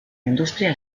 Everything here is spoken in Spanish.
industria